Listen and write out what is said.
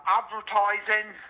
advertising